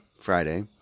Friday